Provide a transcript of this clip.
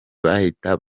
bahita